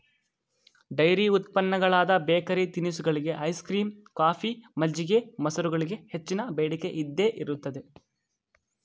dairy ಉತ್ಪನ್ನಗಳಾದ bakery ತಿನಿಸುಗಳಿಗೆ, ice cream, coffee, ಮಜ್ಜಿಗೆ, ಮೊಸರುಗಳಿಗೆ ಹೆಚ್ಚಿನ ಬೇಡಿಕೆ ಇದ್ದೇ ಇರುತ್ತದೆ